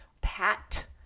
pat-